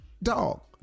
Dog